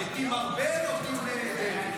אתה ב-Team ארבל או ב-Team דרעי?